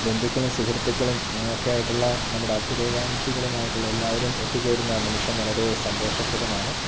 ബന്ധുക്കളും സുഹൃത്തുക്കളും ഒക്കെ ആയിട്ടുള്ള നമ്മുടെ അഭ്യുദ്ധയകാംക്ഷികളും ആയിട്ടുള്ള എല്ലാവരും ഒത്തുചേരുന്ന നിമിഷം വളരെ സന്തോഷപ്രദമാണ്